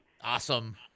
Awesome